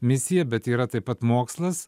misija bet yra taip pat mokslas